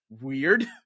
weird